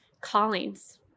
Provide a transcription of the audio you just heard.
callings